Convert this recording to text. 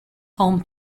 home